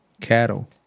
Cattle